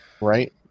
Right